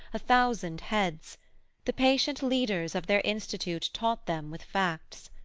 a thousand heads the patient leaders of their institute taught them with facts.